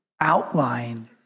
outline